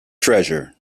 treasure